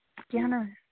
کیٚنہہ نہٕ